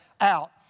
out